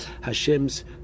Hashem's